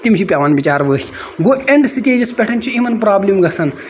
تِم چھِ پیوان بِچارٕ ؤسۍ گوٚو اینڈ سِٹیجس پٮ۪ٹھ چھِ یِمن پروبلِم گژھان